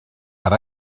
per